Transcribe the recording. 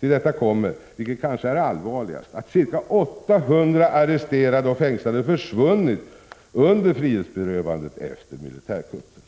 Till detta kommer, vilket kanske är allvarligast, att ca 800 arresterade och fängslade försvunnit under frihetsberövandet efter militärkuppen.